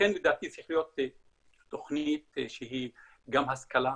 לכן לדעתי צריך להיות תוכנית שהיא גם השכלה,